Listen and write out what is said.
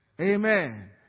amen